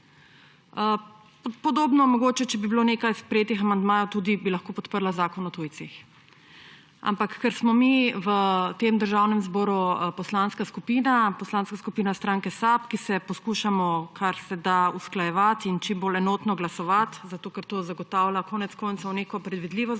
Podobno mogoče, če bi bilo nekaj sprejetih amandmajev, bi lahko podprla tudi Zakon o tujcih. Ampak ker smo mi v tem državnem zboru poslanska skupina – Poslanska skupina SAB –, ki se poskušamo karseda usklajevati in čimbolj enotno glasovati, ker to zagotavlja konec koncev neko predvidljivost